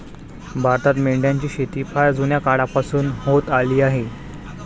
भारतात मेंढ्यांची शेती फार जुन्या काळापासून होत आली आहे